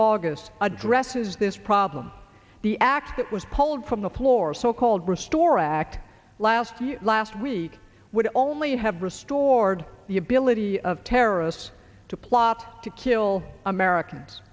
august addresses this problem the act that was pulled from the floor so called restore rack last last week would only have restored the ability of terrorists to plop to kill americans